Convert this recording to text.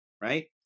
right